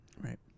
right